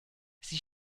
sie